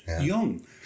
young